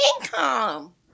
income